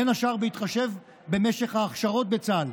בין השאר בהתחשב במשך ההכשרות בצה"ל.